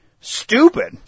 stupid